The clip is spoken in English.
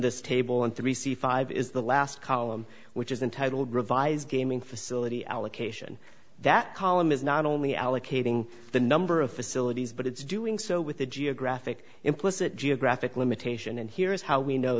this table and three c five is the last column which is entitled revise gaming for realty allocation that column is not only allocating the number of facilities but it's doing so with the geographic implicit geographic limitation and here is how we know